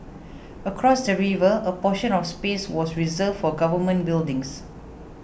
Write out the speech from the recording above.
across the river a portion of space was reserved for government buildings